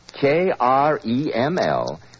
K-R-E-M-L